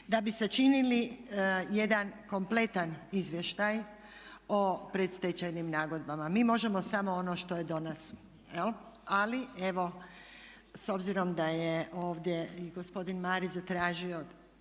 da bi sačinili jedan kompletan izvještaj o predstečajnim nagodbama. Mi možemo samo ono što je do nas, jel'. Ali evo s obzirom da je ovdje i gospodin Marić zatražio